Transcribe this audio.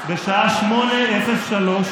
חברת הכנסת לזימי.